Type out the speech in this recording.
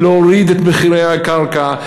להוריד את מחירי הקרקע,